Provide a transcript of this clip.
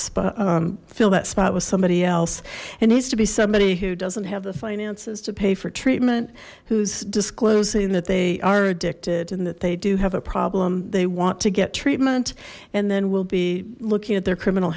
spot fill that spot with somebody else it needs to be somebody who doesn't have the finances to pay for treatment who's disclosing that they are addicted and that they do have a problem they want to get treatment and then we'll be looking at their criminal